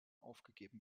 aufgegeben